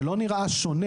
שלא נראה שונה.